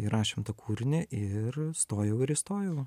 įrašėm tą kūrinį ir stojau ir įstojau